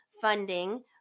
funding